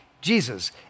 Jesus